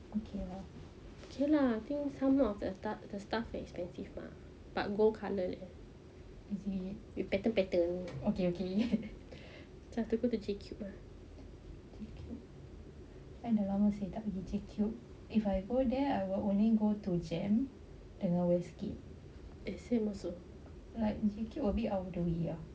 okay lah okay lah I think some of the stuff not expensive ah but gold colour you better better have to go to JCube dah lama seh tak pergi jcube if I go there I will only go to JEM tomorrow jcube a bit out of the way ah